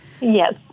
Yes